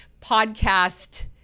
podcast